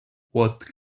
what